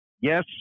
yes